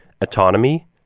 autonomy